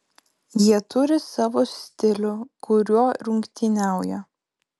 jie turi savo stilių kuriuo rungtyniauja